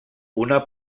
una